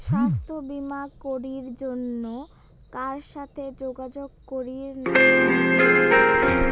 স্বাস্থ্য বিমা করির জন্যে কার সাথে যোগাযোগ করির নাগিবে?